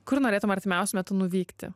kur norėtum artimiausiu metu nuvykti